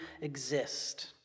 exist